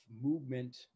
movement